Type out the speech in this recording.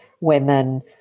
women